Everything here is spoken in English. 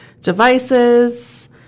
devices